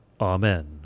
Amen